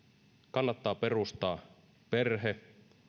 kannattaa perustaa perhe